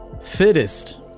fittest